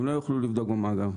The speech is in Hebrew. הם לא יוכלו לבדוק במאגר.